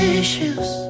issues